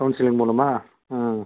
counselling மூலமாக ஆ